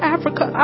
Africa